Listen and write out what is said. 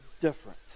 different